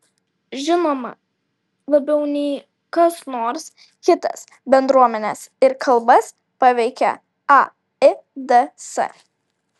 žinoma labiau nei kas nors kitas bendruomenes ir kalbas paveikia aids